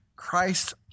Christ